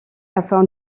afin